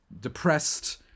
Depressed